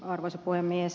arvoisa puhemies